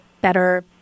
better